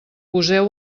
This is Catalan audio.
poseu